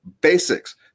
basics